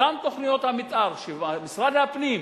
אותן תוכניות מיתאר שמשרד הפנים,